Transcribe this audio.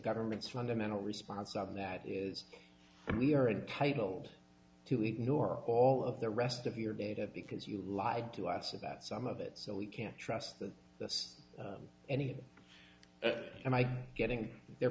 government's fundamental response on that is we are entitled to ignore all of the rest of your data because you lied to us about some of it so we can't trust anything am i getting their